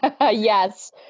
Yes